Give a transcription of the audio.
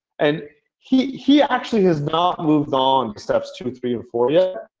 and he he actually has not moved on steps two, three and four yet,